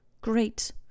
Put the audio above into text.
Great